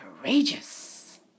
courageous